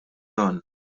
dan